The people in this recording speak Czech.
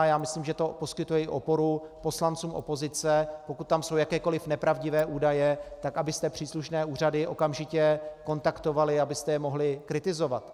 Já myslím, že to poskytuje i oporu poslancům opozice, pokud jsou tam jakékoliv nepravdivé údaje, abyste příslušné úřady okamžitě kontaktovali, abyste je mohli kritizovat.